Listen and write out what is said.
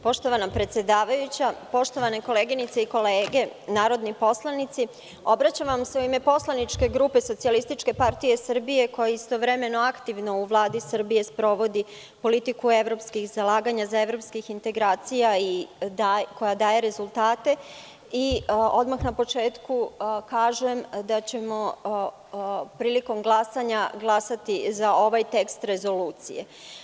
Poštovana predsedavajuća, poštovane koleginice i kolege narodni poslanici, obraćam vam se u ime poslaničke grupe SPS koja je istovremeno aktivna u Vladi Srbije, sprovodi politiku evropskih zalaganja za evropske integracije, koja daje rezultate i odmah na početku kažem da ćemo prilikom glasanja glasati za ovaj tekst rezolucije.